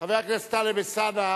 חבר הכנסת טלב אלסאנע,